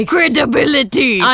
credibility